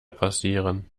passieren